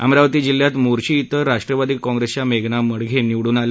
अमरावती जिल्ह्यात मोर्शी ॐ राष्ट्रवादी काँप्रेसच्या मेघना मडघे निवडून आले